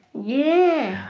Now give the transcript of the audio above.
yeah.